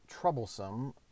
troublesome